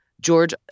george